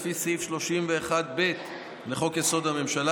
לפי סעיף 31(ב) לחוק-יסוד: הממשלה,